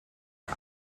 are